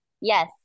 Yes